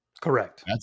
Correct